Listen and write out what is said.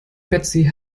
betsy